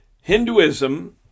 Hinduism